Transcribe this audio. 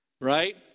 Right